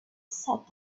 sat